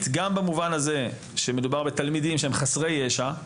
גם במובן הזה שמדובר בתלמידים שהם חסרי ישע,